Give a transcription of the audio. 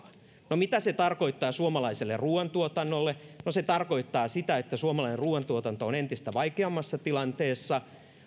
no mitä se tarkoittaa suomalaiselle ruoantuotannolle no se tarkoittaa sitä että suomalainen ruoantuotanto on entistä vaikeammassa tilanteessa